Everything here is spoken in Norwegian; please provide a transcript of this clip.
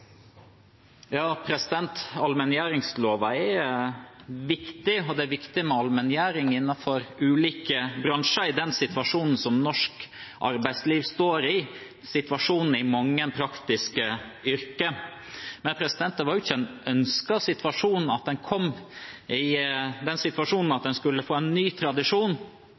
allmenngjøring innenfor ulike bransjer i den situasjonen norsk arbeidsliv står i – situasjonen i mange praktiske yrker. Men det var ikke en ønsket situasjon at en kom dit at en skulle få en ny tradisjon